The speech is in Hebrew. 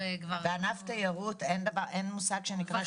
עברו -- בענף תיירות אין מושג של שבועיים.